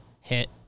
hit